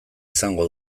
izango